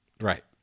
Right